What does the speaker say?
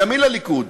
מימין לליכוד,